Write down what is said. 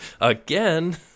Again